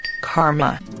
karma